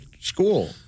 school